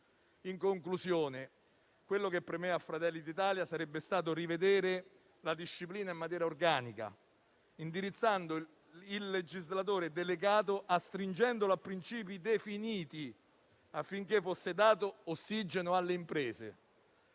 In conclusione, a Fratelli d'Italia premeva la revisione della disciplina in maniera organica, indirizzando il legislatore delegato e astringendolo a principi definiti, affinché fosse dato ossigeno alle imprese,